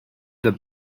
the